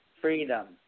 Freedom